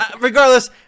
Regardless